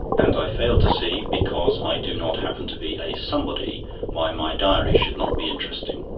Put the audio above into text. and i fail to see because i do not happen to be a somebody' why my diary should not be interesting.